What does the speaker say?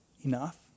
enough